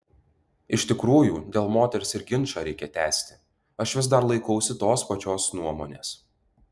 iš tikrųjų dėl moters ir ginčą reikia tęsti aš vis dar laikausi tos pačios nuomonės